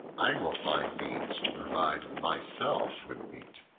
i will find means to provide myself with meat.